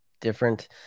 different